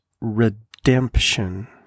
redemption